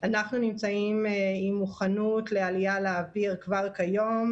אנחנו נמצאים עם מוכנות לעלייה לאוויר כבר היום,